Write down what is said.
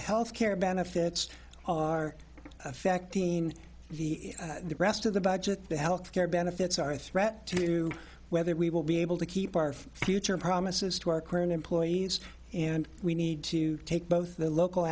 health care benefits are affecting the rest of the budget the health care benefits are a threat to whether we will be able to keep our future promises to our current employees and we need to take both the local